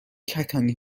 کتانی